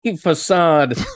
facade